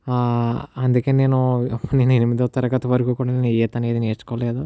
అందుకే నేను నేను ఎనిమిదో తరగతి వరకు కూడా నేను ఈత అనేది నేర్చుకోలేదు